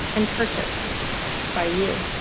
and purchased by you.